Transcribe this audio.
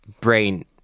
brain